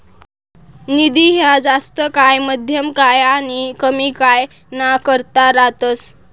निधी ह्या जास्त काय, मध्यम काय आनी कमी काय ना करता रातस